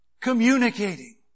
communicating